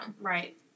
Right